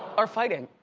are fighting.